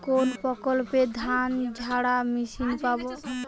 কোনপ্রকল্পে ধানঝাড়া মেশিন পাব?